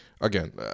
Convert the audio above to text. again